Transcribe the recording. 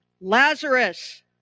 Lazarus